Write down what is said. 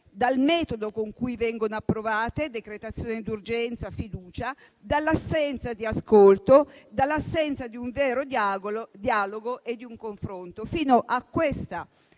dal metodo con cui vengono approvate (decretazione d'urgenza e fiducia), dall'assenza di ascolto e di un vero dialogo e di un confronto, fino alla